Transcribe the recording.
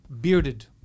bearded